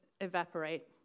evaporate